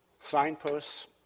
Signposts